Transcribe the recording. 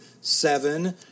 Seven